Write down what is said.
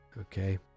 okay